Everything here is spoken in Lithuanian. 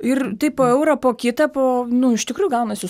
ir taip po eurą po kitą po nu iš tikrųjų gaunasi